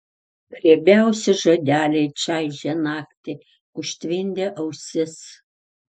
riebiausi žodeliai čaižė naktį užtvindė ausis